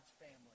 family